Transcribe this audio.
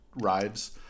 rides